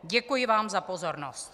Děkuji vám za pozornost.